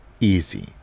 easy